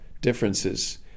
differences